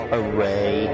array